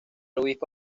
obispo